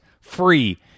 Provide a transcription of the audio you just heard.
free